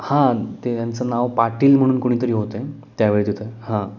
हां ते त्यांचं नाव पाटील म्हणून कुणी तरी होते त्यावेळी तिथं हां